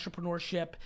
entrepreneurship